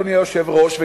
אדוני היושב-ראש,